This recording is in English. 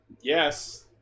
Yes